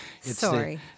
Sorry